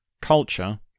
culture